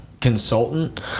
consultant